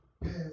pass